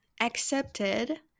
accepted